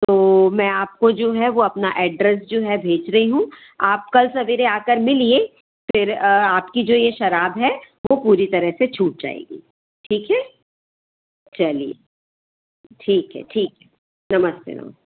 तो मैं आपको जो है वो अपना एड्रेस जो है भेच रही हूँ आप कल सवेरे आ कर मिलीए फिर आपकी जो यह शराब है वो पूरी तरह से छूट जाएगी ठीक है चलिए ठीक है ठीक है नमस्ते नमस्ते